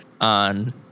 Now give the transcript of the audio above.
on